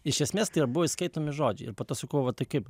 iš esmės tai buvo įskaitomi žodžiai ir po to sakau va tai kaip